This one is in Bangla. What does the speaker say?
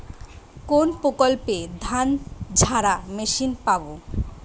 কোনপ্রকল্পে ধানঝাড়া মেশিন পাব?